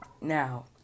Now